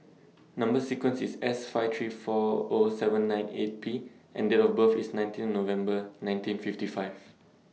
Number sequence IS S five three four O seven nine eight P and Date of birth IS nineteen November nineteen fifty five